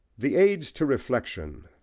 the aids to reflection,